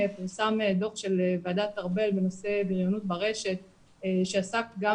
פורסם דוח של ועדת ארבל בנושא בריונות ברשת שעסק גם